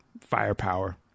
firepower